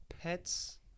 Pets